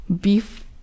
beef